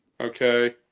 Okay